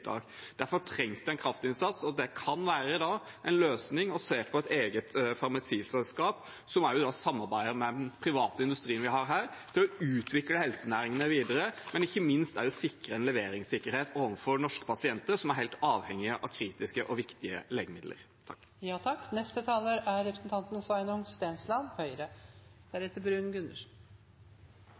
Derfor trengs det en kraftinnsats, og det kan være en løsning å se på et eget farmasiselskap som samarbeider med den private industrien vi har her, til å utvikle helsenæringene videre, men ikke minst sikre en leveringssikkerhet overfor norske pasienter, som er helt avhengige av kritiske og viktige legemidler.